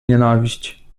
nienawiść